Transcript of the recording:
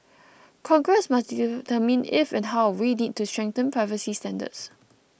Congress must determine if and how we need to strengthen privacy standards